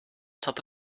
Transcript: top